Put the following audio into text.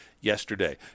yesterday